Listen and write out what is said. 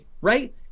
right